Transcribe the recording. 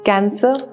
Cancer